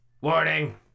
Warning